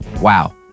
Wow